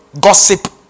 gossip